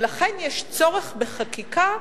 ולכן יש צורך בחקיקה,